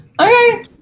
okay